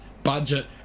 budget